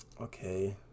Okay